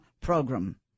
program